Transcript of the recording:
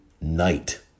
night